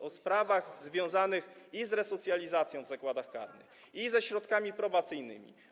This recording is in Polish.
o sprawach związanych i z resocjalizacją w zakładach karnych, i ze środkami probacyjnymi.